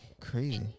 crazy